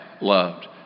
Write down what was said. loved